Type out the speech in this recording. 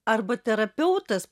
arba terapeutas